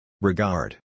Regard